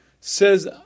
Says